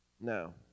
no